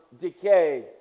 decay